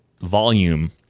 volume